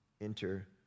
enter